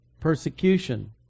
persecution